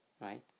right